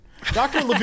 Dr